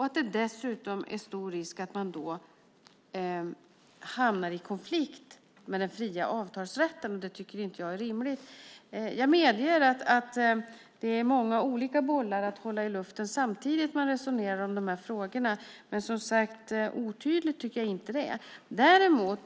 Det är dessutom stor risk att man då hamnar i konflikt med den fria avtalsrätten, och det tycker jag inte är rimligt. Jag medger att det är många olika bollar att hålla i luften samtidigt när man resonerar om de här frågorna, men som sagt: Otydligt tycker jag inte att det är.